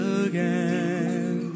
again